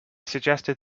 suggested